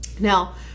Now